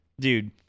dude